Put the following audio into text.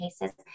cases